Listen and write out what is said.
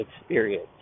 experience